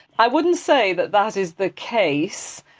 i wouldn't say that that is the case.